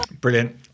Brilliant